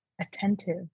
attentive